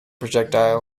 projectile